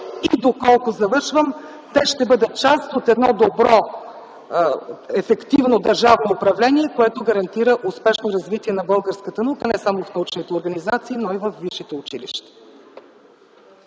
и доколко те ще бъдат част от едно добро, ефективно държавно управление, което гарантира успешно развитие на българската наука, не само в научните организации, но и във висшите училища.